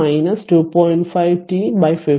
5 t 15 0